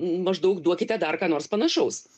maždaug duokite dar ką nors panašaus